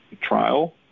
trial